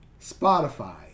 Spotify